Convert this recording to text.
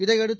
இதையடுத்து